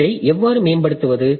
இதை எவ்வாறு மேம்படுத்துவது